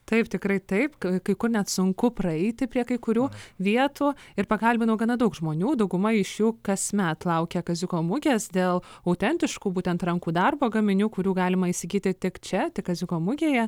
taip tikrai taip kai kur net sunku praeiti prie kai kurių vietų ir pakalbinau gana daug žmonių dauguma iš jų kasmet laukia kaziuko mugės dėl autentiškų būtent rankų darbo gaminių kurių galima įsigyti tik čia tik kaziuko mugėje